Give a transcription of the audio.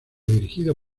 dirigido